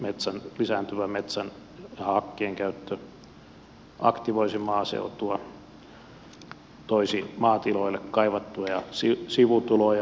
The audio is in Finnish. elikkä lisääntyvä metsän ja hakkeen käyttö aktivoisi maaseutua toisi maatiloille kaivattuja sivutuloja